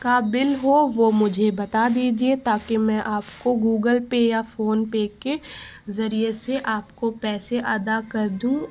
کا بل ہو وہ مجھے بتا دیجیے تاکہ میں آپ کو گوگل پے یا فون پے کے ذریعے سے آپ کو پیسے ادا کر دوں